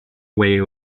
way